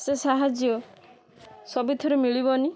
ସେ ସାହାଯ୍ୟ ସବୁଥିରୁ ମିଳିବନି